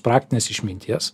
praktinės išminties